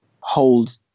hold